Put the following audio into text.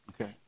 Okay